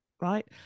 right